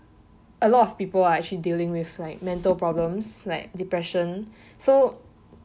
a lot of people are actually dealing with like mental problems like depression so